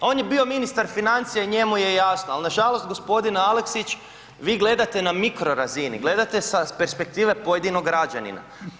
On je bio ministar financija i njemu je jasno, al nažalost g. Aleksić vi gledate na mikrorazini, gledate sa perspektive pojedinog građanina.